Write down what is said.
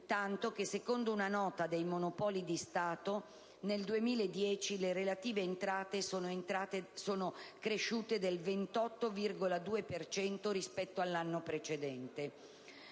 tanto che, secondo una nota dei Monopoli di Stato, nel 2010 le relative entrate sono cresciute del 28,2 per cento rispetto all'anno precedente.